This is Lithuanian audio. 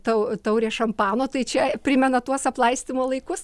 tau taurė šampano tai čia primena tuos aplaistymo laikus